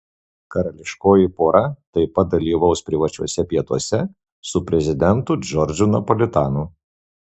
karališkoji pora taip pat dalyvaus privačiuose pietuose su prezidentu džordžu napolitanu